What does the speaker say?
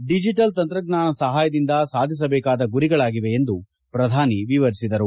digital ತಂತ್ರಜ್ಞಾನ ಸಹಾಯದಿಂದ ಸಾಧಿಸಬೇಕಾದ ಗುರಿಗಳಾಗಿವೆ ಎಂದು ಪ್ರಧಾನಿ ವಿವರಿಸಿದರು